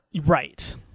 right